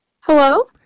Hello